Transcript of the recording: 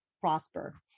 prosper